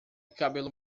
cabelo